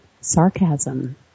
Sarcasm